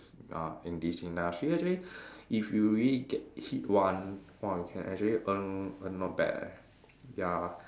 uh in this industry actually if you really get hit one !wah! you can actually earn earn not bad leh ya